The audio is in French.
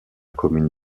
commune